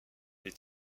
les